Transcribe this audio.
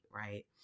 right